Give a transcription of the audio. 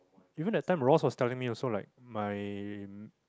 Even that time Ross was telling me also like my